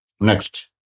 Next